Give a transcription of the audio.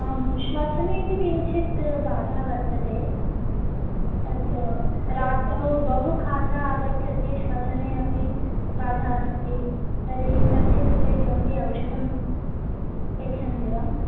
आम् श्वसनेपि किञ्चित् बाधा वर्तते तत्र रात्रौ बहु खासा आगच्छति श्वसने अपि बाधा अस्ति तर्हि तस्य कृते किमपि औषधं यच्छन्ति वा